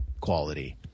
quality